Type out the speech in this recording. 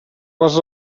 was